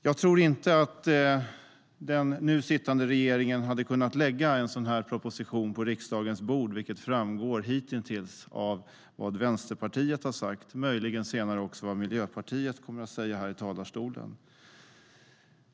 Jag tror inte att den nu sittande regeringen hade kunnat lägga en sådan här proposition på riksdagens bord, vilket framgår av vad Vänsterpartiet hitintills har sagt och möjligen senare kommer att framgå av vad Miljöpartiet säger här i talarstolen.